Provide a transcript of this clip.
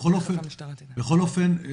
בכל אופן,